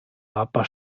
papa